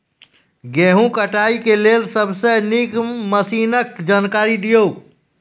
गेहूँ कटाई के लेल सबसे नीक मसीनऽक जानकारी दियो?